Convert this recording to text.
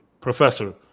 Professor